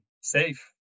safe